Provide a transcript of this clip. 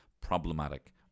problematic